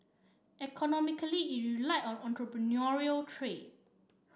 economically it relied on entrepreneurial trade